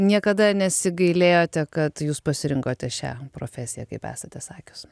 niekada nesigailėjote kad jūs pasirinkote šią profesiją kaip esate sakius